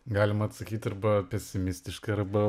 galima atsakyti arba pesimistiškai arba